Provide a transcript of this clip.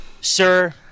Sir